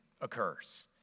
occurs